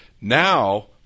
now